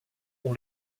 ont